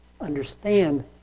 understand